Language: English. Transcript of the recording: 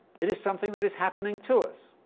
it's something that is happening to us.